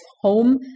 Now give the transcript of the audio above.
home